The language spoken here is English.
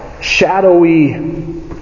shadowy